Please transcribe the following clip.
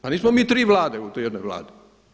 Pa nismo mi tri vlade u toj jednoj Vladi.